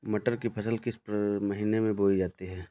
मटर की फसल किस महीने में बोई जाती है?